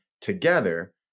together